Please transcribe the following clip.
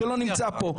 שלא נמצא פה.